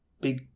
big